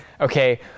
Okay